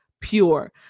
pure